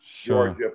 Georgia